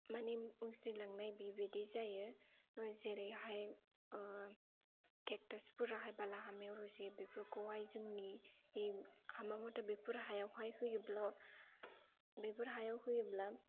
माने उजिलांनाय बेबादि जायो जेरैहाय केकटासफोराहाय बालाहामायाव रज'यो बेफोरखौहाय जोंनि हामामाथा बेफोर हायावहाय होयोब्ला बेफोर हायाव होयोब्ला